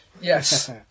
Yes